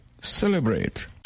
Celebrate